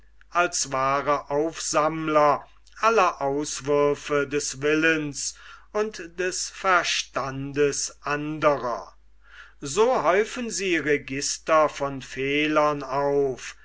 als wahre aufsammler aller auswürfe des willens und des verstandes andrer so häufen sie register von fehlern auf